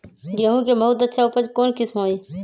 गेंहू के बहुत अच्छा उपज कौन किस्म होई?